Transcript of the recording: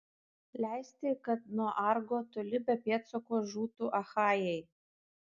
leisti kad nuo argo toli be pėdsako žūtų achajai